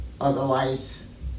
Otherwise